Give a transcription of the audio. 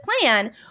plan